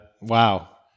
wow